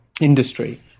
industry